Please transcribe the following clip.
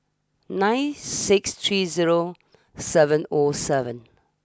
nine six three zero seven O seven